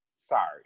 Sorry